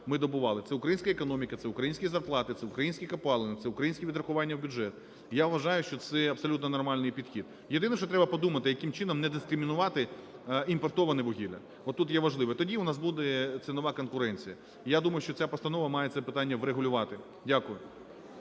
ми добували. Це українська економіка, це українські зарплати, це українські копалини, це українське відрахування в бюджет. І, я вважаю, що це є абсолютно нормальний підхід. Єдине, що треба подумати, яким чином не дискримінувати імпортоване вугілля, отут є важливо, тоді у нас буде цінова конкуренція. Я думаю, що ця постанова має це питання врегулювати. Дякую.